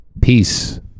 Peace